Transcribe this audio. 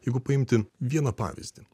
jeigu paimti vieną pavyzdį